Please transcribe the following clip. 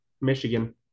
Michigan